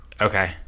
Okay